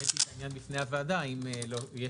העליתי את העניין בפני הוועדה - האם יש